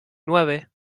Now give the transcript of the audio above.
nueve